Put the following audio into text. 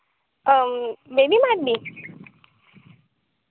ᱚᱸᱻ ᱢᱮᱱᱤ ᱢᱟᱨᱰᱤ